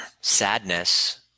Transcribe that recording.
sadness